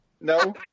No